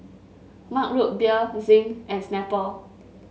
Mug Root Beer Zinc and Snapple